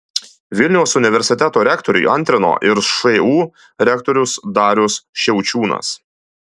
vilniaus universiteto rektoriui antrino ir šu rektorius darius šiaučiūnas